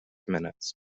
minutes